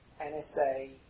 NSA